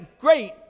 great